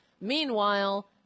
Meanwhile